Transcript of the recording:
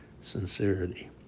sincerity